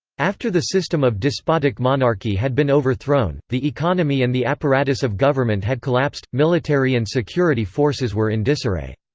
after the system of despotic monarchy had been overthrown, the economy and the apparatus of government had collapsed, military and security forces were in disarray.